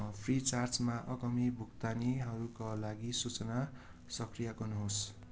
फ्रिचार्जमा आगामी भुक्तानीहरूका लागि सूचना सक्रिय गर्नु होस्